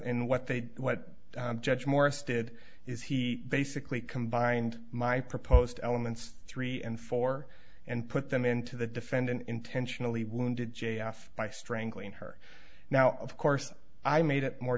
in what they what judge morris did is he basically combined my proposed elements three and four and put them into the defendant intentionally wounded j f by strangling her now of course i made it more